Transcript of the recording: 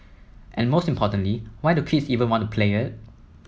and most importantly why do kids even want to play it